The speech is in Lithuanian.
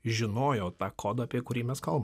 žinojo tą kodą apie kurį mes kalbam